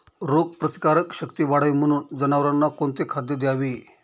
रोगप्रतिकारक शक्ती वाढावी म्हणून जनावरांना कोणते खाद्य द्यावे?